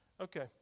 Okay